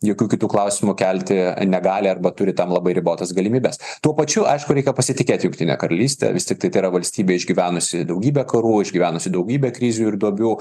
jokių kitų klausimų kelti negali arba turi tam labai ribotas galimybes tuo pačiu aišku reikia pasitikėt jungtine karalyste vis tiktai tai yra valstybė išgyvenusi daugybę karų išgyvenusi daugybę krizių ir duobių